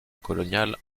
coloniale